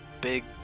big